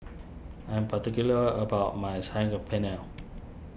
I am particular about my Saag Paneer